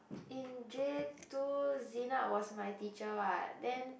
in J two Zena was my teacher what then